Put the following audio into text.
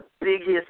biggest